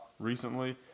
recently